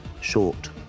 short